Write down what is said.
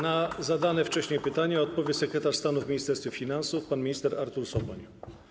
Na zadane wcześniej pytania odpowie sekretarz stanu w Ministerstwie Finansów pan minister Artur Soboń.